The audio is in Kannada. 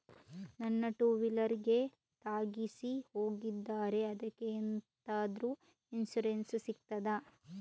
ನನ್ನ ಟೂವೀಲರ್ ಗೆ ತಾಗಿಸಿ ಹೋಗಿದ್ದಾರೆ ಅದ್ಕೆ ಎಂತಾದ್ರು ಇನ್ಸೂರೆನ್ಸ್ ಸಿಗ್ತದ?